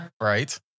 Right